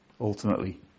ultimately